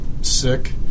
sick